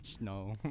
no